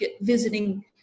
visiting